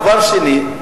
דבר שני.